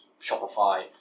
Shopify